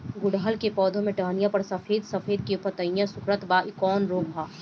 गुड़हल के पधौ के टहनियाँ पर सफेद सफेद हो के पतईया सुकुड़त बा इ कवन रोग ह?